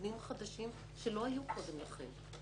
בכיוונים חדשים שלא היו קודם לכן.